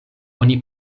oni